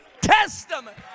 testament